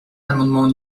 l’amendement